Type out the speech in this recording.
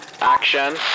action